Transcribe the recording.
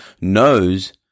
knows